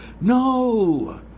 No